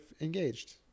engaged